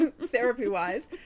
therapy-wise